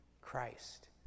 Christ